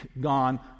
gone